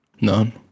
None